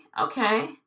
okay